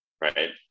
Right